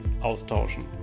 austauschen